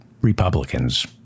Republicans